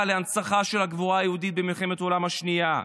להנצחה של הגבורה היהודית במלחמת העולם השנייה.